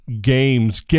games